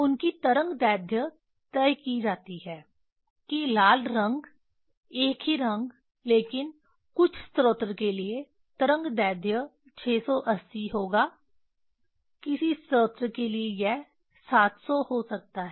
उनकी तरंगदैर्ध्य तय की जाती है कि लाल रंग एक ही रंग लेकिन कुछ स्रोत के लिए तरंगदैर्घ्य 680 होगा किसी स्रोत के लिए यह 700 हो सकता है